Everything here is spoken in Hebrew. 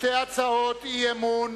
שתי הצעות אי-אמון